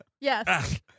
yes